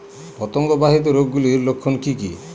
পতঙ্গ বাহিত রোগ গুলির লক্ষণ কি কি?